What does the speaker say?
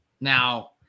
Now